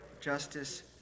justice